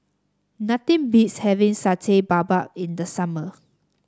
nothing beats having Satay Babat in the summer